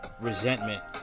resentment